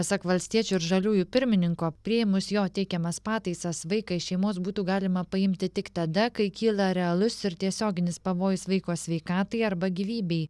pasak valstiečių ir žaliųjų pirmininko priėmus jo teikiamas pataisas vaiką iš šeimos būtų galima paimti tik tada kai kyla realus ir tiesioginis pavojus vaiko sveikatai arba gyvybei